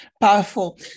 Powerful